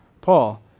Paul